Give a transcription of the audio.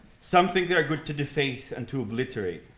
something that are good to deface and to obliterate.